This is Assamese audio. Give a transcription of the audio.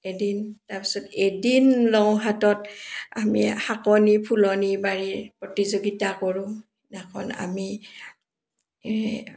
এদিন তাৰপিছত এদিন লওঁ হাতত আমি শাকনি ফুলনি বাৰীৰ প্ৰতিযোগিতা কৰোঁ এখন আমি